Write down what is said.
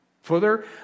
Further